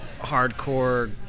hardcore